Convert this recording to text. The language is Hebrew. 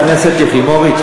חברת הכנסת יחימוביץ,